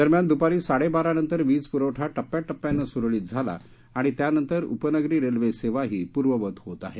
दरम्यान दुपारी साडेबारा नंतर वीजपुरवठा टप्याटप्यानं सुरळीत झाला आणि त्यानंतर उपनगरी रेल्वे सेवाही पूर्ववत होत आहे